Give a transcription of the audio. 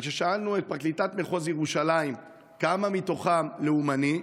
אבל כששאלנו את פרקליטת מחוז ירושלים כמה מתוכם לאומניים,